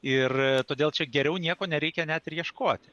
ir todėl čia geriau nieko nereikia net ir ieškoti